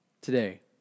today